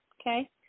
Okay